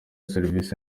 serivisi